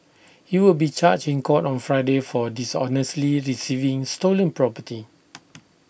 he will be charged in court on Friday for dishonestly receiving stolen property